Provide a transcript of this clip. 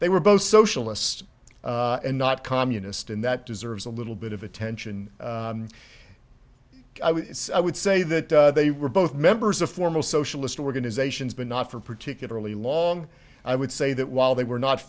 they were both socialist and not communist and that deserves a little bit of attention i would say that they were both members of formal socialist organizations but not for particularly long i would say that while they were not